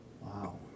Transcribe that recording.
Wow